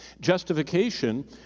Justification